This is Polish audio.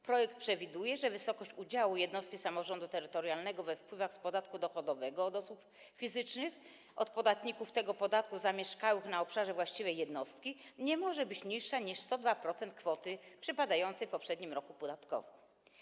Projekt przewiduje, że wysokość udziału jednostki samorządu terytorialnego we wpływach z podatku dochodowego od osób fizycznych, od podatników tego podatku zamieszkałych na obszarze właściwej jednostki, nie może być niższa niż 102% kwoty przypadającej w poprzednim roku podatkowym.